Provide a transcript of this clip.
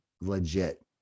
legit